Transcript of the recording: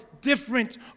different